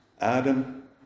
Adam